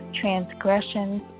transgressions